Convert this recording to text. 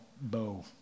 bow